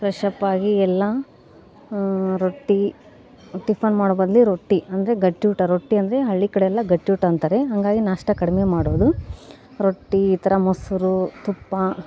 fresh up ಆಗಿ ಎಲ್ಲ ರೊಟ್ಟಿ ಟಿಫನ್ ಮಾಡೋ ಬದ್ಲು ರೊಟ್ಟಿ ಅಂದರೆ ಗಟ್ಟಿ ಊಟ ರೊಟ್ಟಿ ಅಂದರೆ ಹಳ್ಳಿ ಕಡೆ ಎಲ್ಲ ಗಟ್ಟಿ ಊಟ ಅಂತಾರೆ ಹಾಗಾಗಿ ನಾಷ್ಟ ಕಡ್ಮೆ ಮಾಡೋದು ರೊಟ್ಟಿ ಈ ಥರ ಮೊಸರು ತುಪ್ಪ